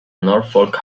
norfolk